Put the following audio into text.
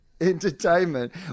entertainment